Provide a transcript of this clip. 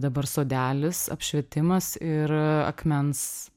dabar sodelis apšvietimas ir akmens